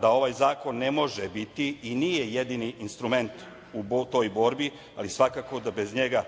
da ovaj zakon ne može biti i nije jedini instrument u toj borbi, ali svakako da bez njega